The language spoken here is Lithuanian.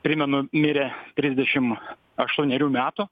primenu mirė trisdešim aštuonerių metų